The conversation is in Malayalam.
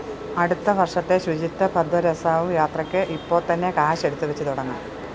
അടുത്ത വർഷത്തെ ശുചിത്വ പദ്വ രസാവു യാത്രയ്ക്ക് ഇപ്പോൾ തന്നെ കാശ് എടുത്തുവെച്ച് തുടങ്ങാം